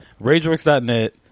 rageworks.net